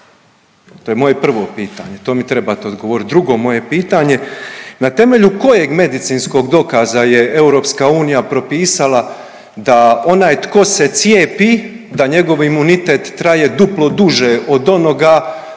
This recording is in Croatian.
To je moje prvo pitanje to mi trebate odgovorit. Drugo moje pitanje, na temelju kojeg medicinskog dokaza je EU propisala da onaj tko se cijepi da njegov imunitet traje duplo duže od onoga